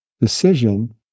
decision